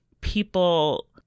people